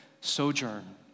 sojourn